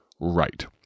right